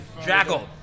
Jackal